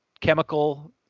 chemical